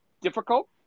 difficult